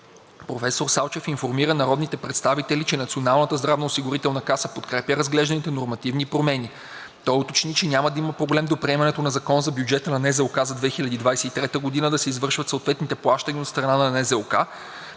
Професор Салчев информира народните представители, че Националната здравноосигурителна каса подкрепя разглежданите нормативни промени. Той уточни, че няма да има проблем до приемането на Закона за бюджета на НЗОК за 2023 г. да се извършват съответните плащания от страна на НЗОК,